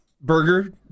burger